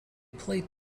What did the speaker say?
played